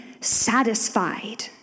satisfied